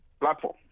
platform